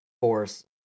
force